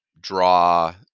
draw